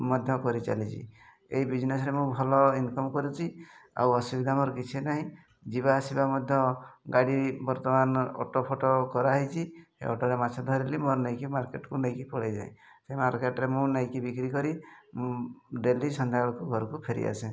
ମଧ୍ୟ କରି ଚାଲିଛି ଏହି ବିଜନେସରେ ମୁଁ ଭଲ ଇନକମ୍ କରୁଛି ଆଉ ଅସୁବିଧା ମୋର କିଛି ନାହିଁ ଯିବା ଆସିବା ମଧ୍ୟ ଗାଡ଼ି ବର୍ତ୍ତମାନ ଅଟୋ ଫଟୋ କରା ହେଇଛି ଏହି ଅଟୋରେ ମାଛ ଧରିଲି ମୋର ନେଇକି ମାର୍କେଟକୁ ନେଇକି ପଳାଇଯାଏ ସେ ମାର୍କେଟରେ ମୁଁ ନେଇକି ବିକ୍ରି କରି ଡେଲି ସନ୍ଧ୍ୟାବେଳକୁ ଘରକୁ ଫେରି ଆସେ